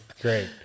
great